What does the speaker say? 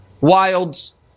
Wilds